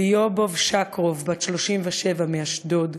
ליובוב שקרוב, בת 38, מאשדוד,